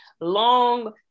long